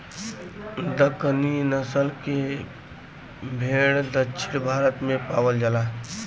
दक्कनी नसल के भेड़ दक्षिण भारत में पावल जाला